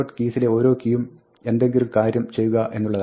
keys ലെ ഓരോ കീയിലും എന്തെങ്കിലും കാര്യം ചെയ്യുക എന്നുള്ളതാണ്